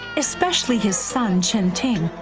especially his son, chinching,